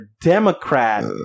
democrat